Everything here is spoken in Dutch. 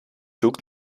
zoekt